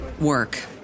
work